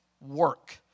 work